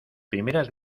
primeras